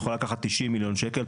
אז היא יכולה לקחת 90 מיליון שקל,